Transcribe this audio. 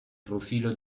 profilo